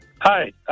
Hi